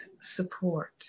support